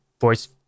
voice